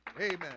Amen